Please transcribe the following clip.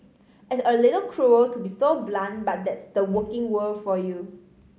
it's a little cruel to be so blunt but that's the working world for you